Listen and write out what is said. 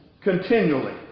continually